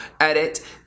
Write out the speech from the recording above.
edit